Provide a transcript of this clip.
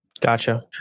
Gotcha